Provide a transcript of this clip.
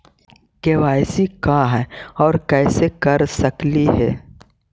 KYC का है, और कैसे कर सकली हे?